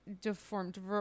deformed